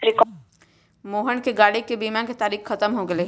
मोहन के गाड़ी के बीमा के तारिक ख़त्म हो गैले है